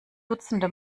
dutzende